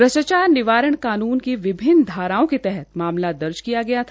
भ्रष्ट्राचार निवारण कानून की विभिन्न धाराओं के तहत मामला दर्ज किया था